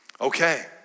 Okay